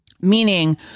Meaning